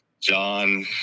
John